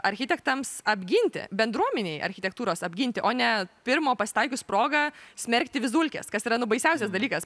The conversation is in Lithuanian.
architektams apginti bendruomenei architektūros apginti o ne pirmo pasitaikius proga smerkti vizulkes kas yra nu baisiausias dalykas